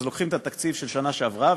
אז לוקחים את התקציב של השנה שעברה,